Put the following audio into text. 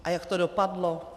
A jak to dopadlo?